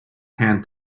hand